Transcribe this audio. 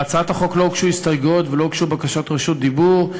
להצעת החוק לא הוגשו הסתייגויות ולא הוגשו בקשות רשות דיבור.